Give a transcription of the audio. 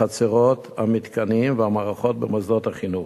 החצרות, המתקנים והמערכות במוסדות החינוך,